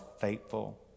faithful